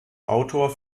autor